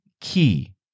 key